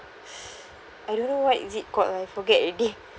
I don't know what is it called I forget already